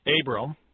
Abram